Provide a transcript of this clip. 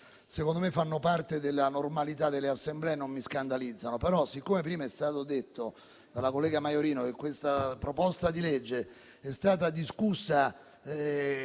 secondo me fanno parte della normalità delle Assemblee e non mi scandalizzano. Siccome però prima è stato detto dalla collega Maiorino che questa proposta di legge è stata discussa